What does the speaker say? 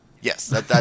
Yes